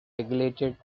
regulated